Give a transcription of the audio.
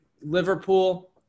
Liverpool